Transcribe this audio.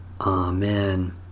Amen